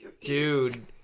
dude